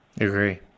Agree